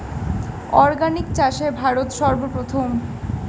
organic চাষে ভারত সর্বপ্রথম